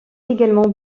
également